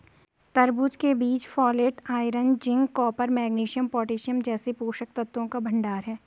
तरबूज के बीज folate, iron, zinc, copper, magnesium, potassium जैसे पोषक तत्वों का भंडार है